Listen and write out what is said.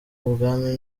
ubwami